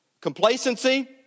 complacency